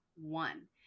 one